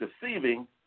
deceiving